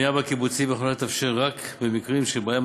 בנייה בקיבוצים יכולה להתאפשר רק במקרים שבהם